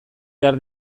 behar